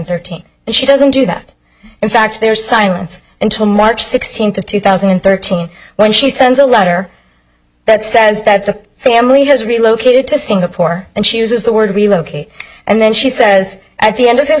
thirteen and she doesn't do that in fact there is silence until march sixteenth of two thousand and thirteen when she sends a letter that says that the family has relocated to singapore and she uses the word relocate and then she says at the end of his